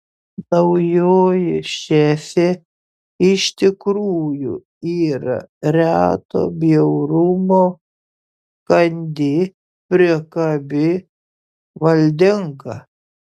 naujoji šefė iš tikrųjų yra reto bjaurumo kandi priekabi valdinga